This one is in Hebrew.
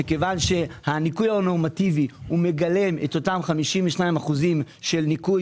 שכיוון שהניכוי הנורמטיבי מגלם את אותם 52% של ניכוי